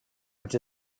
which